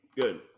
Good